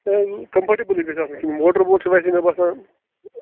کمفٲرٹیٚبلٕے گژھِ آسٕنۍ کِنہٕ موٹَر بوٹ چھُ ویسے مےٚ باسان